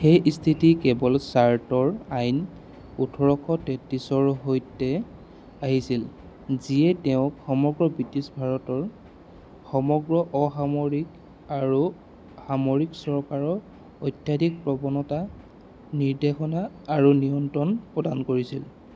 সেই স্থিতি কেৱল চাটৰ আইন ওঠৰশ তেত্ৰিছৰ সৈতে আহিছিল যিয়ে তেওঁক সমগ্ৰ ব্ৰিটিছ ভাৰতৰ সমগ্ৰ অসামৰিক আৰু সামৰিক চৰকাৰৰ অত্যধিক প্ৰৱণতা নিৰ্দেশনা আৰু নিয়ন্ত্ৰণ প্ৰদান কৰিছিল